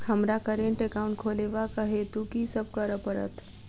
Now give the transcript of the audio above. हमरा current account खोलेवाक हेतु की सब करऽ पड़त?